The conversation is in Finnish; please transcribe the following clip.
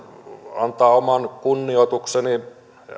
antaa oman kunnioitukseni